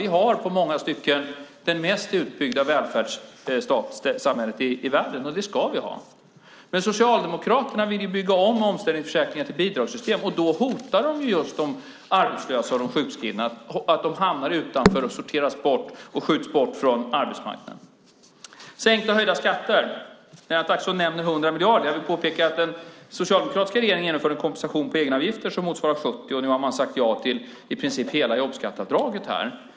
Vi har i många stycken det mest utbyggda välfärdssamhället i världen, och det ska vi ha. Men Socialdemokraterna vill ju bygga om omställningsförsäkringar till bidragssystem, och då riskerar just de arbetslösa och de sjukskrivna att hamna utanför, sorteras bort och skjutas bort från arbetsmarknaden. Sänkta och höjda skatter: Lennart Axelsson nämner 100 miljarder. Jag vill påpeka att den socialdemokratiska regeringen genomförde en kompensation på egenavgifter som motsvarade 70 miljarder, och nu har man sagt ja till i princip hela jobbskatteavdraget.